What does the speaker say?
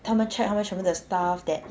他们 check 他们全部的 staff that